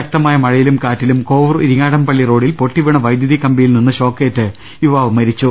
ശക്തമായ മഴയിലും കാറ്റിലും കോവൂർ ഇരിങ്ങാടൻപള്ളി റോഡിൽ പൊട്ടി വീണ വൈദ്യുതി കമ്പിയിൽ നിന്ന് ഷോക്കേറ്റ് യുവാവ് മരിച്ചു